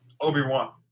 Obi-Wan